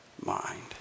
mind